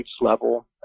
level